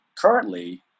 currently